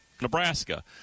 Nebraska